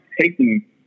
taking